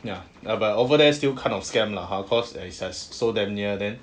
ya ya but over there still kind of scam lah !huh! cause it's just so damn near then